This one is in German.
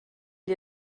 dir